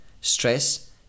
stress